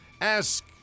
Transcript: Ask